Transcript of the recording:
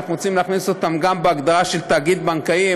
אנחנו רוצים להכניס אותם גם להגדרה של תאגיד בנקאי.